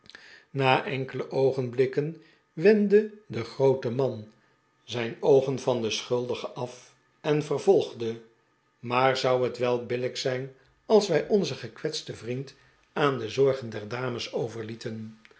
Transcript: na enkele oogenblikken wendde de groote man zijn oogen van den schuldige af en vervolgde maar zou het wel billijk zijn als wij onzen gekwetsten vriend aan de zorgen der dames overlieten